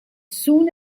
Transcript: soon